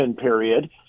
period